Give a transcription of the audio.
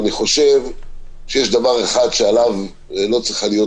ואני חושב שיש דבר אחד שעליו לא צריך להיות